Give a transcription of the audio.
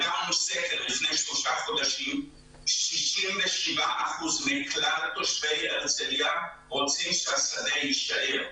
לפני שלושה חודשים 67 אחוזים מכלל תושבי הרצליה רוצים שהשדה יישאר.